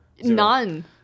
none